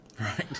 Right